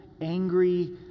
angry